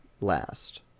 last